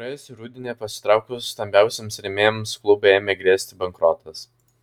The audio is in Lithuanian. praėjusį rudenį pasitraukus stambiausiems rėmėjams klubui ėmė grėsti bankrotas